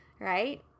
Right